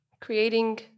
creating